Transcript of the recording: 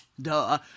duh